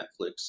Netflix